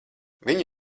viņi